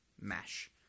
Mesh